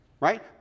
right